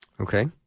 Okay